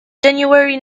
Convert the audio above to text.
january